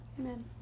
Amen